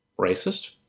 Racist